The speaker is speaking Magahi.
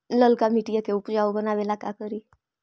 लालका मिट्टियां के उपजाऊ बनावे ला का करी?